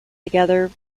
together